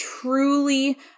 truly